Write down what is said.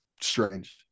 Strange